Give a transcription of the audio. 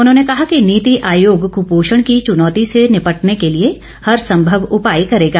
उन्होंने कहा कि नीति आयोग कुपोषण की चुनौती से निपटने के लिए हरसंभव उपाय करेगा